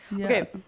Okay